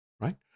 right